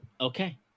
Okay